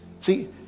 See